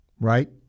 Right